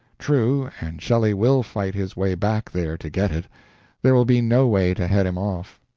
true, and shelley will fight his way back there to get it there will be no way to head him off.